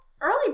Early